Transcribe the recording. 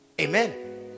Amen